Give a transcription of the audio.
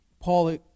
Paul